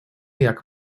jak